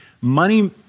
Money